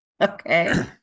Okay